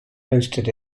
hosted